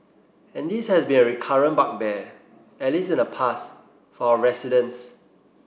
and this has been a recurrent bugbear at least in the past for our residents